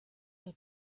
der